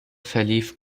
verlief